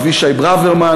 אבישי ברוורמן,